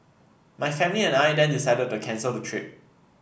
my family and I then decided to cancel the trip